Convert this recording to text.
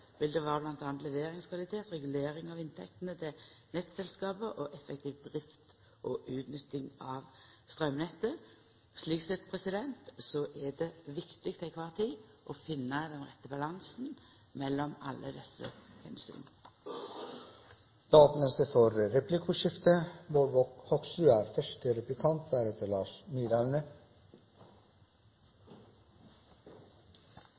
vil det vera bl.a. leveringskvalitet, regulering av inntektene til nettselskapet og effektiv drift og utnytting av straumnettet. Slik sett er det viktig til kvar tid å finna den rette balansen mellom alle desse omsyna. Det blir replikkordskifte.